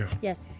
Yes